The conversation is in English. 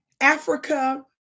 Africa